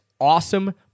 awesome